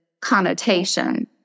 connotation